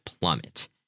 plummet